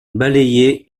balayé